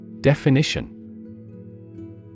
Definition